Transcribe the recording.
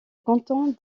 canton